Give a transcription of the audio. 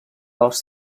els